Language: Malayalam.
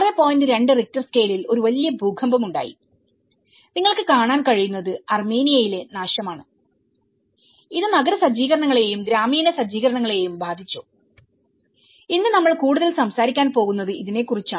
2 റിക്ടർ സ്കെയിലിൽ ഒരു വലിയ ഭൂകമ്പം ഉണ്ടായി നിങ്ങൾക്ക് കാണാൻ കഴിയുന്നത് അർമേനിയയിലെ നാശമാണ് ഇത് നഗര സജ്ജീകരണങ്ങളെയും ഗ്രാമീണ സജ്ജീകരണങ്ങളെയും ബാധിച്ചു ഇന്ന് നമ്മൾ കൂടുതൽ സംസാരിക്കാൻ പോകുന്നത് ഇതിനെക്കുറിച്ചാണ്